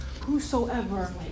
whosoever